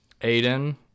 Aiden